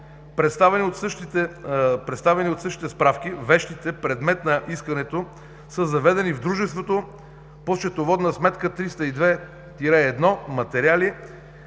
представените в същите справки вещи – предмет на искането, са заведени в дружеството по счетоводна сметка 302-1 – Материали.